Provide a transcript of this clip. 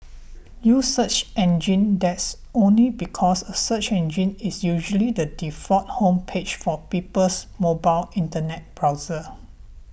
use search engines that's only because a search engine is usually the default home page for people's mobile internet browser